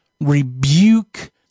rebuke